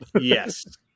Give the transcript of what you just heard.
Yes